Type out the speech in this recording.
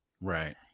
Right